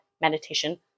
meditation